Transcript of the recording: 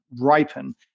ripen